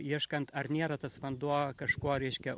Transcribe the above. ieškant ar nėra tas vanduo kažkuo reiškia